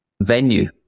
venue